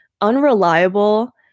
unreliable